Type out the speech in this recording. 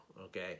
Okay